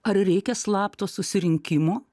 ar reikia slapto susirinkimo